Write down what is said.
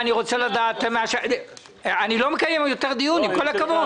אני לא מקיים יותר דיון, עם כל הכבוד.